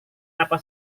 apa